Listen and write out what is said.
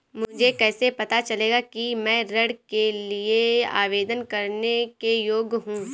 मुझे कैसे पता चलेगा कि मैं ऋण के लिए आवेदन करने के योग्य हूँ?